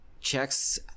checks